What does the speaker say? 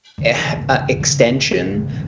extension